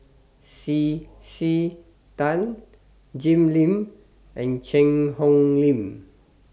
C C Tan Jim Lim and Cheang Hong Lim